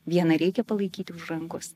vieną reikia palaikyti už rankos